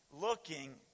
looking